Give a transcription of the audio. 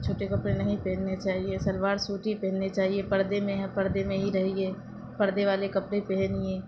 چھوٹے کپڑے نہیں پہننے چاہیے شلوار سوٹ ہی پہننے چاہیے پردے میں ہے پردے میں ہی رہیے پردے والے کپڑے پہنیے